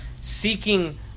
seeking